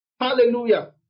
Hallelujah